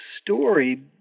story